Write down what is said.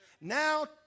now